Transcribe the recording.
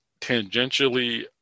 tangentially